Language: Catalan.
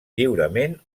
lliurement